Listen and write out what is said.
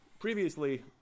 Previously